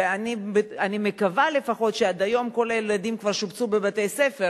ואני מקווה לפחות שעד היום כל הילדים כבר שובצו בבתי-ספר.